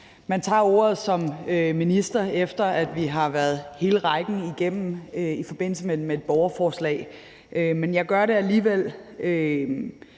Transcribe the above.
man tager ordet som minister, efter at vi har været hele rækken igennem i forbindelse med et borgerforslag, men jeg gør det alligevel,